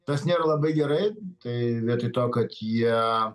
tas nėra labai gerai tai vietoj to kad jie